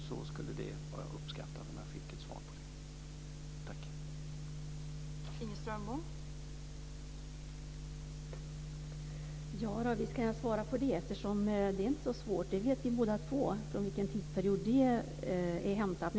Jag skulle uppskatta om jag fick ett svar på det.